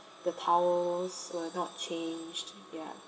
the towels were not changed ya